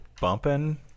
bumping